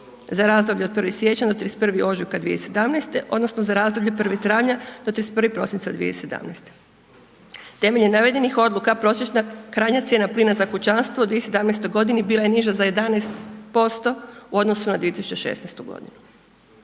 za razdoblje od 1. siječnja do 31. ožujka 2017. odnosno za razdoblje 1. travnja do 31. prosinca 2017. Temeljem navedenih odluka prosječna krajnja cijena plina za kućanstvo u 2017.g. bila je niža za 11% u odnosu na 2016.g.